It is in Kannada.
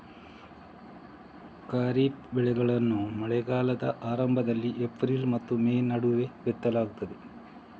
ಖಾರಿಫ್ ಬೆಳೆಗಳನ್ನು ಮಳೆಗಾಲದ ಆರಂಭದಲ್ಲಿ ಏಪ್ರಿಲ್ ಮತ್ತು ಮೇ ನಡುವೆ ಬಿತ್ತಲಾಗ್ತದೆ